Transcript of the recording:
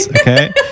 okay